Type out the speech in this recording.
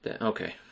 Okay